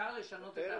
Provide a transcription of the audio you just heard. אפשר לשנות את ההחלטה.